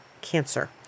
Cancer